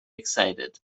excited